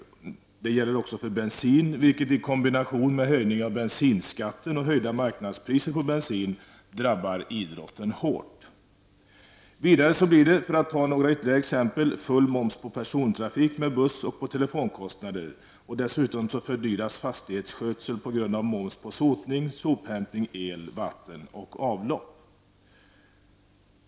Detta gäller också för bensin, vilket i kombination med höjning av bensinskatten och höjda marknadspriser på bensin drabbar idrotten hårt. Vidare blir det, för att ta några ytterligare exempel, full moms på persontrafik med buss och på telefonkostnader. Dessutom fördyras fastighetsskötsel på grund av moms på sotning, sophämtning, el, vatten och avlopp.